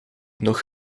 nog